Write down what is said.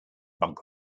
bug